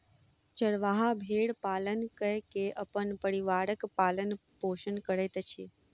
चरवाहा भेड़ पालन कय के अपन परिवारक पालन पोषण करैत अछि